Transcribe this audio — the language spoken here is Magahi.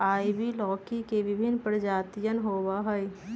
आइवी लौकी के विभिन्न प्रजातियन होबा हई